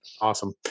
Awesome